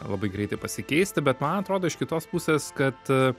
labai greitai pasikeisti bet man atrodo iš kitos pusės kad